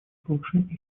повышение